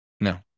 no